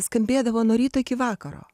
skambėdavo nuo ryto iki vakaro